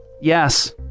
yes